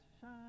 Shine